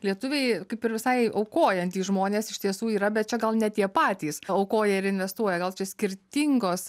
lietuviai kaip ir visai aukojantys žmonės iš tiesų yra bet čia gal ne tie patys aukoja ir investuoja gal čia skirtingos